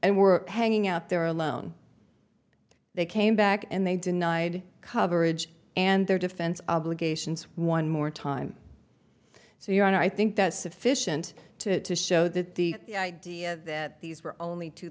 and we're hanging out there alone they came back and they denied coverage and their defense obligations one more time so your honor i think that's sufficient to show that the idea that these were only two